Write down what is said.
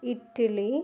Italy